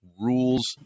rules